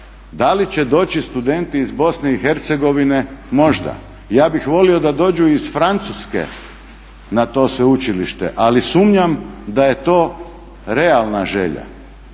Da li će doći studenti iz Bosne i Hercegovine možda, ja bih volio da dođu i iz Francuske na to sveučilište, ali sumnjam da je to realna želja.